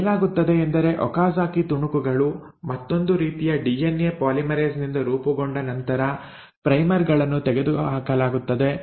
ಏನಾಗುತ್ತದೆ ಎಂದರೆ ಒಕಾಜಾ಼ಕಿ ತುಣುಕುಗಳು ಮತ್ತೊಂದು ರೀತಿಯ ಡಿಎನ್ಎ ಪಾಲಿಮರೇಸ್ ನಿಂದ ರೂಪುಗೊಂಡ ನಂತರ ಪ್ರೈಮರ್ ಗಳನ್ನು ತೆಗೆದುಹಾಕಲಾಗುತ್ತದೆ